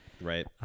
Right